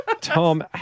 Tom